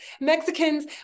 Mexicans